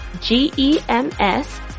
G-E-M-S